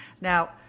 Now